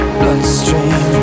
bloodstream